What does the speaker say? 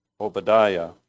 Obadiah